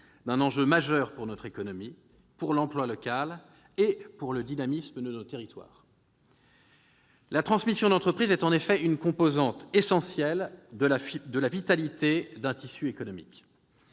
d'un enjeu majeur pour notre économie, pour l'emploi local et pour le dynamisme de nos territoires. La transmission d'entreprise est en effet une composante essentielle de la vitalité d'un tissu économique.